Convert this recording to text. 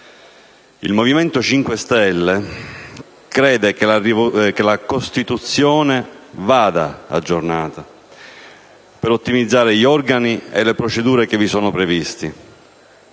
Il Movimento 5 Stelle crede che la Costituzione vada aggiornata per ottimizzare gli organi e le procedure che vi sono previsti,